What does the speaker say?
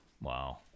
wow